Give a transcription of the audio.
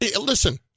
Listen